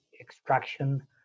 extraction